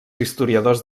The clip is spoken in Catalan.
historiadors